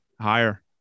Higher